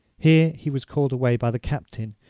here he was called away by the captain,